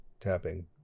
tapping